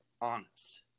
honest